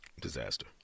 Disaster